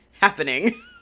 happening